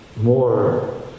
more